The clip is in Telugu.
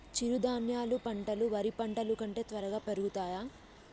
చిరుధాన్యాలు పంటలు వరి పంటలు కంటే త్వరగా పెరుగుతయా?